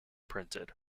printed